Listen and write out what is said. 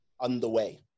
underway